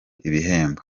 ibihembo